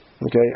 Okay